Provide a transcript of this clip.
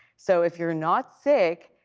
so if you're not sick,